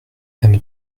aime